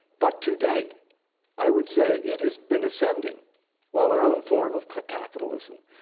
but to date i would say it has been ascending while our own form of capitalism,